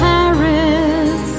Paris